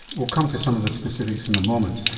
we'll come to some of the specifics in a moment.